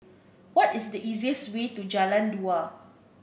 what is the easiest way to Jalan Dua